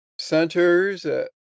Centers